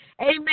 amen